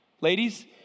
ladies